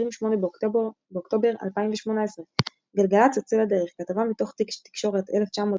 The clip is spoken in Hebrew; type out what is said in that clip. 28 באוקטובר 2018 גלגלצ יוצא לדרך – כתבה מתוך תיק תקשורת 1993,